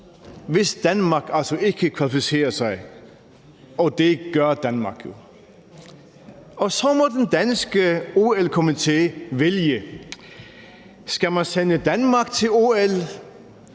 hvis Danmark altså ikke kvalificerer sig, og det gør Danmark jo. Og så må Danmarks Olympiske Komité vælge. Skal man sende Danmark til OL